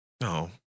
No